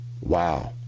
Wow